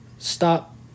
Stop